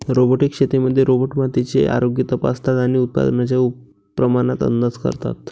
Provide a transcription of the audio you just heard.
robotic शेतीमध्ये robot मातीचे आरोग्य तपासतात आणि उत्पादनाच्या प्रमाणात अंदाज करतात